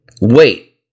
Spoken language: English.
Wait